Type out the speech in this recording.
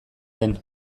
den